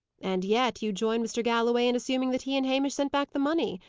and yet you join mr. galloway in assuming that he and hamish sent back the money!